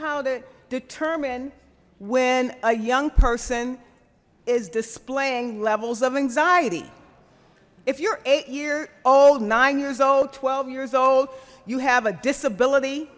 how to determine when a young person is displaying levels of anxiety if your eight year old nine years old twelve years old you have a disability